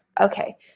Okay